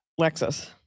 Lexus